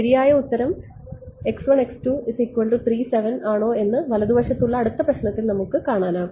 ശരിയായ ഉത്തരം ആണോ എന്ന് വലതുവശത്തുള്ള അടുത്ത പ്രശ്നത്തിൽ നമുക്ക് കാണാൻ കഴിയും